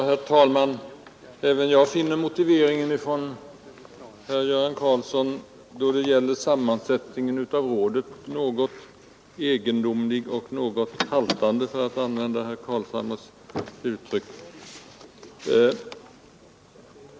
Herr talman! Även jag finner motiveringen från herr Göran Karlsson då det gäller sammansättningen av rådet något egendomlig och något haltande, för att använda herr Carlshamres uttryck.